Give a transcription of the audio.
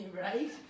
right